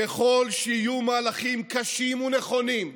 ככל שיהיו מהלכים קשים ונכונים,